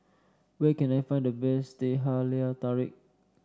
where can I find the best Teh Halia Tarik